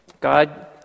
God